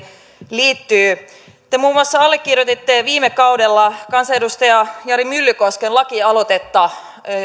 liittyy te muun muassa allekirjoititte viime kaudella kansanedustaja jari myllykosken lakialoitteita